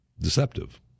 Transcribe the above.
deceptive